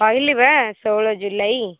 କହିଲି ବା ଷୋହଳ ଜୁଲାଇ